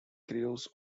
crews